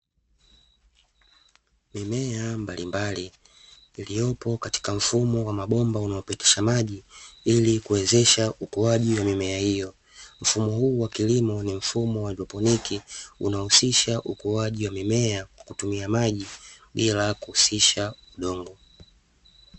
Mimea mbalimbali iliyopo katika mfumo wa mabomba unaopitisha maji ili kuwezesha ukuaji wa mimea hiyo. Mfumo huu wa kilimo ni mfumo wa haidroponi unaohusisha ukuaji wa mimea kwa kutumia maji bila kuhusisha udongo.